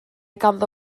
ganddo